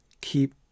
keep